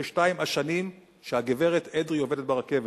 ב-22 השנים שהגברת אדרעי עובדת ברכבת.